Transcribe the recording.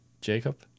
Jacob